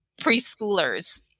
preschoolers